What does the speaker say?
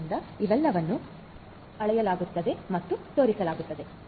ಆದ್ದರಿಂದ ಇವೆಲ್ಲವನ್ನೂ ಅಳೆಯಲಾಗುತ್ತದೆ ಮತ್ತು ತೋರಿಸಲಾಗುತ್ತದೆ